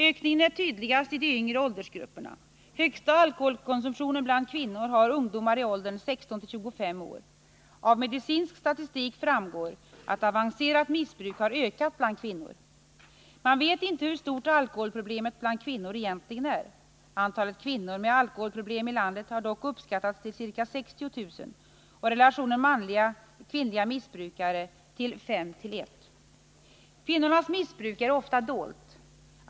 Ökningen är tydligast i de yngre åldersgrupperna. Högsta alkoholkonsumtionen bland kvinnor har ungdomar i åldern 16-25 år. Av medicinsk statistik framgår att avancerat missbruk har ökat bland kvinnor. Man vet inte hur stort alkoholproblemet bland kvinnor egentligen är. Antalet kvinnor med alkoholproblem i landet har dock uppskattats till ca 60 000 och relationen manliga och kvinnliga missbrukare till 5:1. Kvinnornas missbruk är ofta dolt.